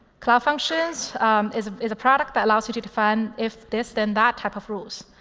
cloud functions is is a product that allows you to define if this, then that type of rules.